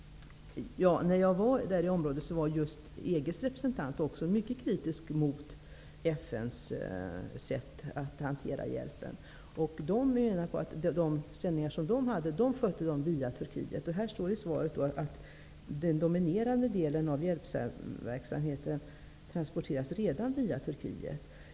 När jag var i området hörde jag att EG:s representant också var mycket kritisk mot FN:s sätt att hantera hjälpen. Det står i svaret att den dominerande delen av hjälpverksamheten transporteras redan via Turkiet.